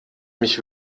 mich